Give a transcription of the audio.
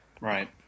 Right